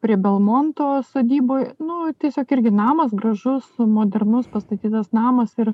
prie belmonto sodyboj nu tiesiog irgi namas gražus modernus pastatytas namas ir